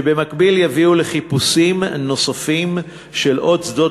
שבמקביל יביאו לחיפושים נוספים של עוד שדות